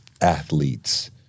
athletes